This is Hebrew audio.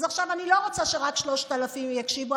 עכשיו אני לא רוצה שרק 3,000 יקשיבו,